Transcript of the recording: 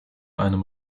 einem